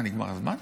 מה, נגמר הזמן?